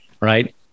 right